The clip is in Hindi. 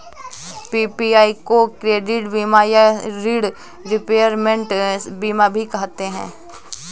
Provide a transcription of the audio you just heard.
पी.पी.आई को क्रेडिट बीमा या ॠण रिपेयरमेंट बीमा भी कहते हैं